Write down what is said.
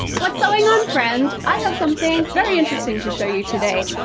what's going on friends? i have something very interesting to show you today.